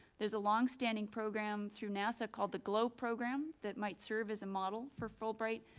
there's a longstanding program through nasa called the globe program that might serve as a model for fulbright,